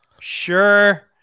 Sure